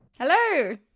Hello